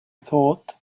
thought